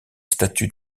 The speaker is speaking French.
statue